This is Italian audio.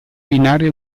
binario